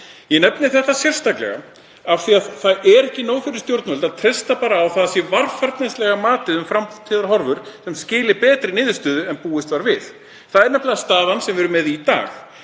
Ég nefni þetta sérstaklega af því að það er ekki nóg fyrir stjórnvöld að treysta bara á að varfærnislega matið um framtíðarhorfur skili betri niðurstöðu en búist var við. Það er nefnilega staðan sem við erum með í dag.